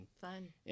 Fun